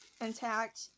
intact